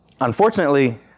Unfortunately